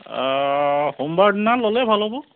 সোমবাৰ দিনা ল'লে ভাল হ'ব